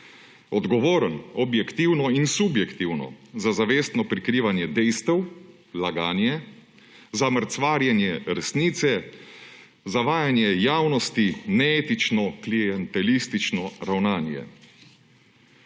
Odgovoren objektivno in subjektivno za zavestno prikrivanje dejstev, laganje, za mrcvarjenje resnice, zavajanje javnosti, neetično klientelistično ravnanje.